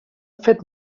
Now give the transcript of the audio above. fet